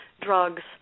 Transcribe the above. drugs